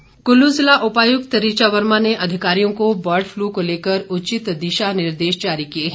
बर्डफल् कुल्लू जिला उपायुक्त ऋचा वर्मा ने अधिकारियों को बर्डफ्लू को लेकर उचित दिशा निर्देश जारी किए है